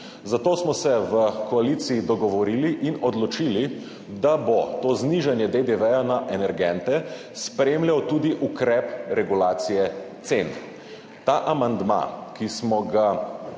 Zato smo se v koaliciji dogovorili in odločili, da bo to znižanje DDV na energente spremljal tudi ukrep regulacije cen. Ta amandma, ki smo ga